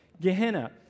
Gehenna